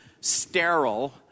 sterile